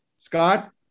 Scott